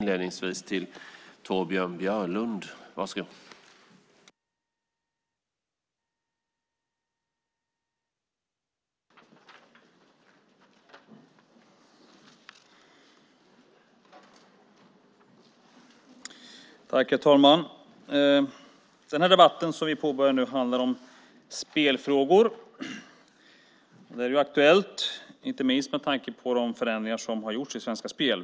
Herr talman! Denna debatt handlar om spelfrågor. Det är aktuellt, inte minst med tanke på de förändringar som har gjorts i Svenska Spel.